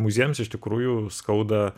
muziejams iš tikrųjų skauda